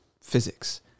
physics